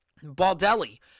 Baldelli